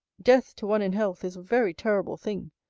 death, to one in health, is a very terrible thing.